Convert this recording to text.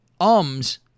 ums